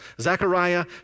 Zechariah